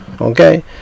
Okay